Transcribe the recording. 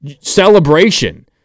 celebration